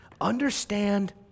Understand